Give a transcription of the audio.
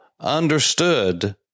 understood